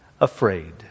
afraid